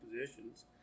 positions